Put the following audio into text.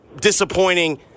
disappointing